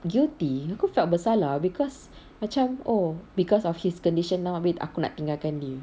guilty aku felt bersalah because macam oh because of his condition now abeh aku nak tinggalkan dia